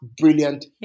brilliant